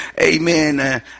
amen